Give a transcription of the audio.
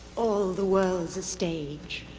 all the world's a stage